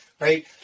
right